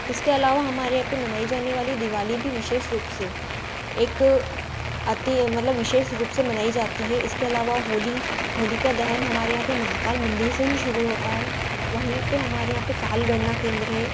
इसके अलावा हमारे यहाँ पर मनाई जाने वाली दिवाली भी विशेष रूप से एक अति मतलब विशेष रूप से मनाई जाती है इसके अलावा होली होलिका दहन हमारे यहाँ पर महाकाल मंदिर से ही शुरू होता है वहीं पर हमारे यहाँ पर काल गणना केंद्र है